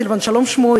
סילבן שלום שמו,